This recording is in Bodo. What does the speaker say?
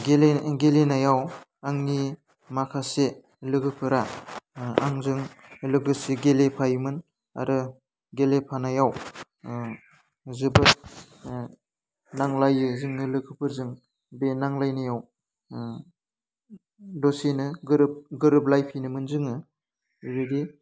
गेले गेलेनायाव आंनि माखासे लोगोफोरा आंजों लोगोसे गेलेफायोमोन आरो गेलेफानायाव जोबोद नांलायो जोङो लोगोफोरजों बे नांलायनायाव दसेनो गोरोब गोरोबलायफिनोमोन जोङो बेबायदि